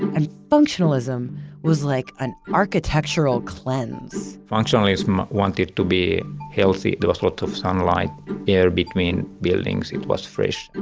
and functionalism was like an architectural cleanse. functionalists wanted to be healthy. there was lots of sunlight and air between buildings. it was fresh. and